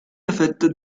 efectos